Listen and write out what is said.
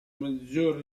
maggior